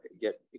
get